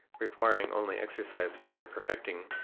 requiring only exercise for their perfecting,